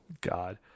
God